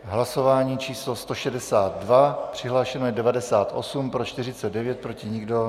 Hlasování číslo 162, přihlášeno je 98, pro 49, proti nikdo.